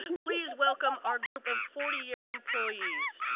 ah please welcome our group of forty year employees.